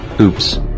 Oops